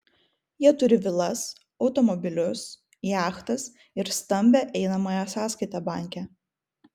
jie turi vilas automobilius jachtas ir stambią einamąją sąskaitą banke